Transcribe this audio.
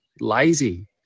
Lazy